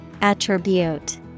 Attribute